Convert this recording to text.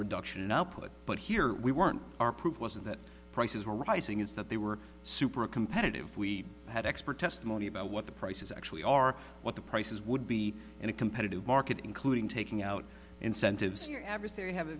reduction in output but here we weren't our proof wasn't that prices were rising is that they were super competitive we had expert testimony about what the prices actually are what the prices would be in a competitive market including taking out incentives your adversary have a